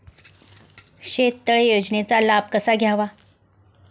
शेततळे योजनेचा लाभ कसा घ्यावा?